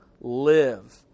live